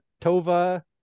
Tova